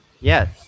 yes